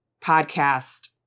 podcast